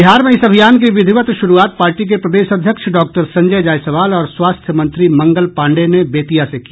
बिहार में इस अभियान की विधिवत शुरूआत पार्टी के प्रदेश अध्यक्ष डॉक्टर संजय जायसवाल और स्वास्थय मंत्री मंगल पाण्डेय ने बेतिया से की